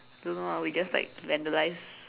don't know lah we just like vandalise